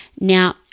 Now